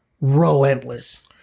relentless